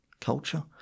culture